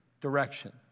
direction